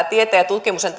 tieteen ja tutkimuksen